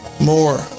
More